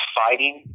fighting